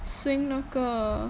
swing 那个